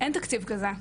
אין תקציב כזה.